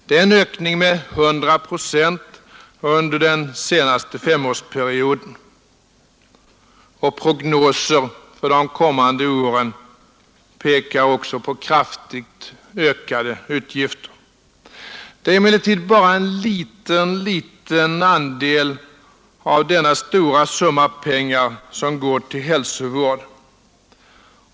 Det är en ökning med 100 procent under den senaste femårsperioden. Prognoser för de kommande åren pekar också på kraftigt ökade utgifter. Det är emellertid bara en liten, liten andel av denna stora summa pengar som går till hälsovård.